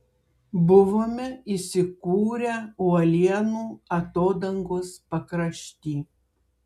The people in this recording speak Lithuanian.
buvome įsikūrę uolienų atodangos pakrašty